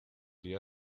día